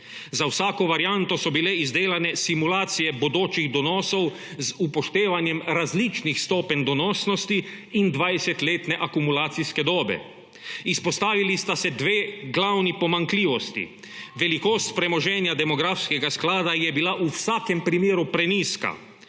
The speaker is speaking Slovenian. Za vsako varianto so bile izdelane simulacije bodočih donosov, z upoštevanjem različnih stopenj donosnosti in 20-letne akumulacijske dobe. Izpostavili sta se dve glavni pomanjkljivosti: velikost premoženja demografskega sklepa je bila v vsakem primeru prenizka,